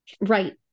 right